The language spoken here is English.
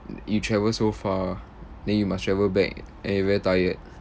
y~ you travelled so far then you must travel back and you're very tired